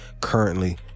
currently